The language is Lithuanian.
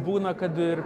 būna kad ir